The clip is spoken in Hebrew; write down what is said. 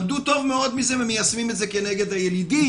למדו טוב מאוד מזה ומיישמים את זה כנגד הילידים.